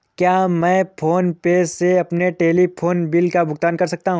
क्या मैं PhonePe से अपने टेलीफोन बिल का भुगतान कर सकता हूँ?